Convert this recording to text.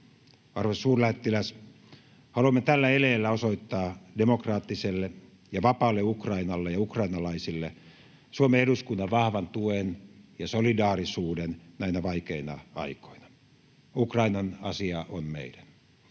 Arvoisa suurlähettiläs! Haluamme tällä eleellä osoittaa demokraattiselle ja vapaalle Ukrainalle ja ukrainalaisille Suomen eduskunnan vahvan tuen ja solidaarisuuden näinä vaikeina aikoina. Ukrainan asia on meidän.